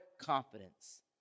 confidence